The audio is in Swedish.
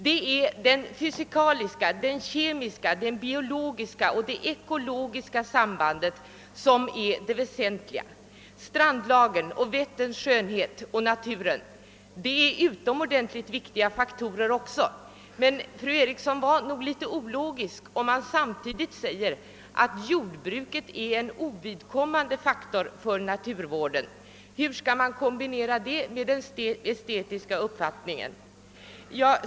Det är de fysikaliska, kemiska, biologiska och ekologiska sambanden som är det väsentliga. Strandlagen, Vätterns skönhet och naturen där är också mycket viktiga faktorer, men fru Eriksson var en smula ologisk när hon i det sammanhanget sade att jordbruket är en för naturvården ovidkommande faktor. Hur skall det kunna kombineras med den estetiska uppfattningen?